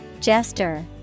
Jester